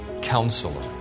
counselor